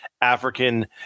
african